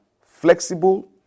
flexible